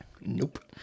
Nope